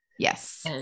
Yes